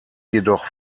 jedoch